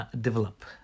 develop